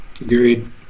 Agreed